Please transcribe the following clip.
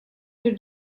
bir